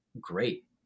great